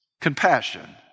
compassion